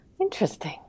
Interesting